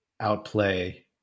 outplay